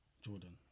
Jordan